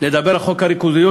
לדבר על חוק הריכוזיות,